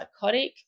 psychotic